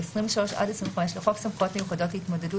ו-23 עד 25 לחוק סמכויות מיוחדות להתמודדות